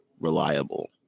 reliable